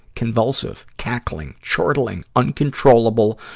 convulsive, cackling, chortling, uncontrollable,